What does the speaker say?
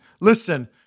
listen